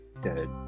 dead